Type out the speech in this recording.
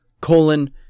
colon